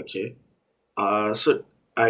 okay uh so I